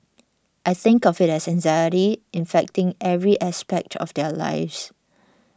I think of it as anxiety infecting every aspect of their lives